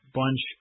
bunch